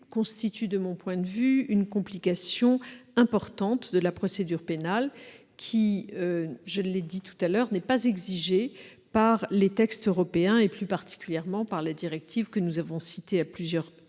constitue, de mon point de vue, une complication importante de la procédure pénale qui, je l'ai dit tout à l'heure, n'est pas exigée par les textes européens et, plus particulièrement, par la directive déjà citée du 22 mai